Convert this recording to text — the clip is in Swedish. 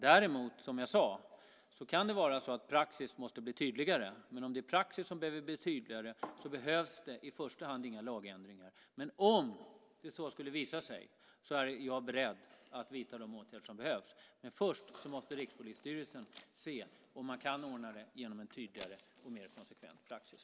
Däremot kan det, som jag sade, vara så att praxis måste bli tydligare. Om det är praxis som måste bli tydligare behövs det inga lagändringar i första hand, men om det skulle visa sig vara så är jag beredd att vidta de åtgärder som behövs. Men först måste Rikspolisstyrelsen se om man kan ordna det genom en tydligare och mer konsekvent praxis.